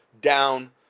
down